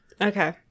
Okay